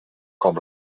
com